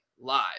live